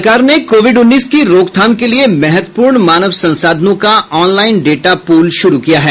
सरकार ने कोविड उन्नीस की रोकथाम के लिए महत्वपूर्ण मानव संसाधनों का ऑनलाइन डेटा पूल शुरू किया है